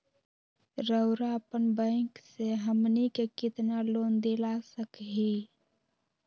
रउरा अपन बैंक से हमनी के कितना लोन दिला सकही?